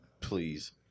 Please